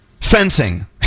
Fencing